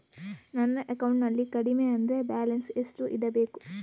ನನ್ನ ಅಕೌಂಟಿನಲ್ಲಿ ಕಡಿಮೆ ಅಂದ್ರೆ ಬ್ಯಾಲೆನ್ಸ್ ಎಷ್ಟು ಇಡಬೇಕು?